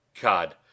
God